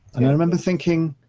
i remember thinking,